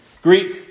Greek